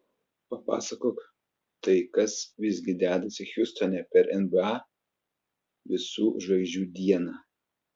papasakok tai kas visgi dedasi hjustone per nba visų žvaigždžių dieną